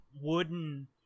wooden